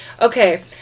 Okay